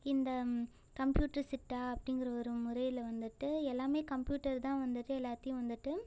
இந்த கம்ப்யூட்டர் சிட்டா அப்படிங்கிற ஒரு முறையில் வந்துட்டு எல்லாமே கம்ப்யூட்டர் தான் வந்துட்டு எல்லாத்தையும் வந்துட்டு